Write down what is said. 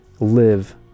live